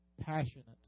passionate